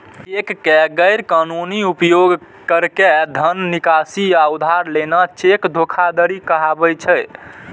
cheque के गैर कानूनी उपयोग कैर के धन निकासी या उधार लेना चेक धोखाधड़ी कहाबै छै